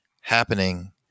happening